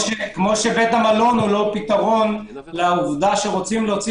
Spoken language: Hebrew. המלון אינו פתרון לעובדה שרוצים להוציא